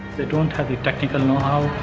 they don't have the technical know-how.